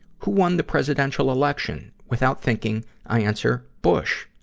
who won the presidential election? without thinking, i answer, bush.